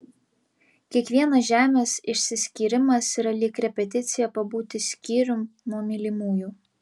kiekvienas žemės išsiskyrimas yra lyg repeticija pabūti skyrium nuo mylimųjų